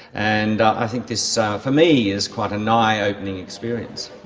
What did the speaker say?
and i think this for me is quite an eye opening experience.